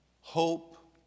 hope